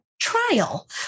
trial